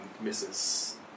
misses